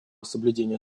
соблюдения